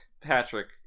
Patrick